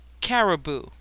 Caribou